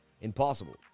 Impossible